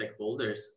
stakeholders